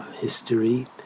history